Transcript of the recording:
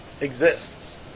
exists